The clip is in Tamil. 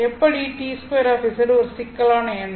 எப்படி T2 ஒரு சிக்கலான எண்